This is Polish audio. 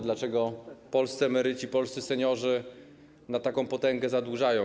Dlaczego polscy emeryci, polscy seniorzy na taką potęgę się zadłużają?